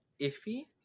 iffy